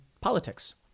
politics